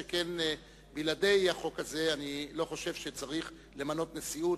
שכן בלעדי החוק הזה אני לא חושב שצריך למנות נשיאות,